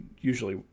usually